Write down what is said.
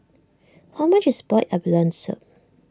how much is Boiled Abalone Soup